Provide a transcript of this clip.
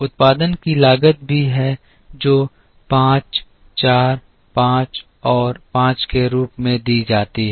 उत्पादन की लागत भी है जो 5 4 5 और 5 के रूप में दी जाती है